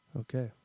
okay